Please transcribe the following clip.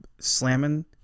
slamming